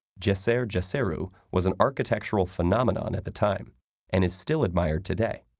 djeser-djeseru, was an architectural phenomenon at the time and is still admired today.